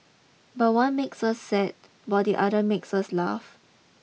but one makes us sad while the other makes us laugh